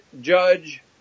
judge